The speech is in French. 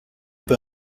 pas